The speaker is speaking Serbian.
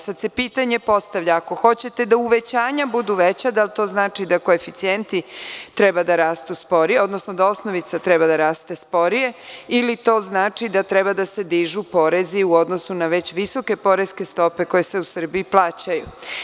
Sada se pitanje postavlja, ako hoćete da uvećanja budu veća da li to znači da koeficijenti treba da rastu sporije, odnosno da osnovica treba da raste sporije, ili to znači da treba da se dižu porezi u odnosu na već visoke poreske stope koje se u Srbiji plaćaju.